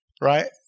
Right